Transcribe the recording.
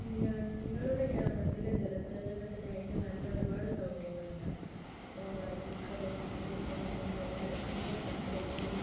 ഞങ്ങളുടെ ഗ്രാമത്തിലെ ജലസേചനത്തിനായിട്ട് നല്ല ഒരുപാട് സൗകര്യങ്ങള് ഉണ്ട് ഇപ്പം വയൽ പ്രദേശങ്ങളിൽ ഇപ്പം നമ്മൾ വിള എടുക്കുന്ന സ്ഥലത്ത് തന്നെ ഒരു